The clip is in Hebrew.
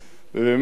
באמת,